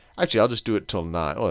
actually, i'll just do it till nine.